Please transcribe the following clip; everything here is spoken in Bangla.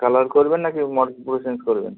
কালার করবেন না কি মডেল পুরো চেঞ্জ